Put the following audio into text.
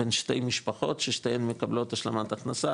בין שתי משפחות ששתיהן מקבלות השלמת הכנסה,